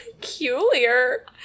peculiar